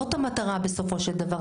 זאת המטרה בסופו של דבר,